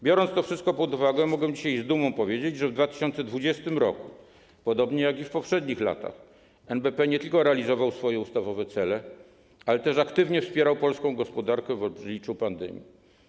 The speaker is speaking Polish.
Biorąc to wszystko pod uwagę, mogę dzisiaj z dumą powiedzieć, że w 2020 r., podobnie jak w latach poprzednich, NBP nie tylko realizował swoje ustawowe cele, ale też aktywnie wspierał polską gospodarkę w obliczu pandemii.